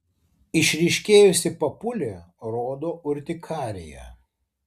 išryškėjusi papulė rodo urtikariją